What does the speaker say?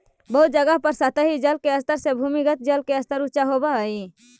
बहुत जगह पर सतही जल के स्तर से भूमिगत जल के स्तर ऊँचा होवऽ हई